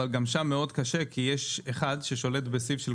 אבל גם שם מאוד קשה כי יש אחד ששולט בסיב של